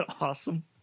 awesome